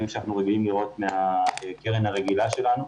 שאנחנו רגילים לראות מהקרן הרגילה שלנו.